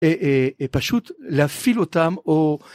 פשוט להפעיל אותם או